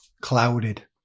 clouded